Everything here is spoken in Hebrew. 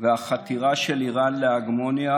והחתירה של איראן להגמוניה,